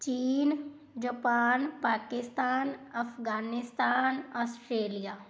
ਚੀਨ Japan Pakistan Afghanistan Australia